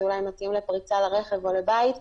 זה אולי מתאים לפריצה לרכב או לבית,